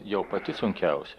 jau pati sunkiausia